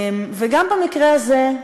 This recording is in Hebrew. וגם במקרה הזה,